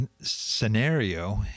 scenario